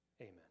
Amen